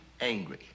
angry